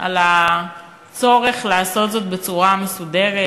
על הצורך לעשות זאת בצורה מסודרת,